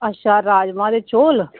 अच्छा राजमां ते चौल